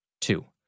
Two